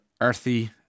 earthy